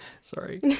Sorry